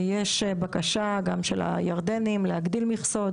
יש בקשה של הירדנים להגדיל מכסות.